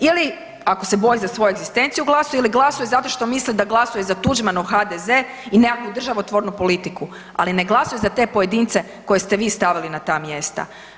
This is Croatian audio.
Ili ako se boji za svoju egzistenciju glasuje ili glasuje zato što misli da glasuje za Tuđmanov HDZ i nekakvu državotvornu politiku, ali ne glasuje za te pojedince koje ste vi stavili na ta mjesta.